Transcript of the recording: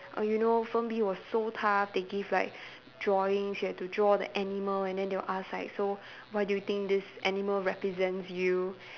oh you know firm B was so tough they give like drawings you have to draw the animal and then they will ask like so why do you think this animal represents you